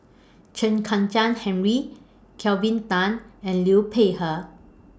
Chen Kezhan Henri Kelvin Tan and Liu Peihe